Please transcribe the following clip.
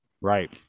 Right